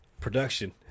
production